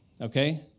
Okay